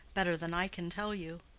better than i can tell you.